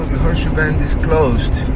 the horseshoe bend is closed.